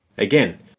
Again